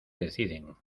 deciden